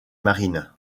marines